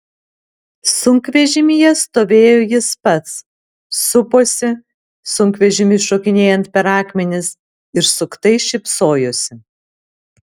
sunkvežimyje stovėjo jis pats suposi sunkvežimiui šokinėjant per akmenis ir suktai šypsojosi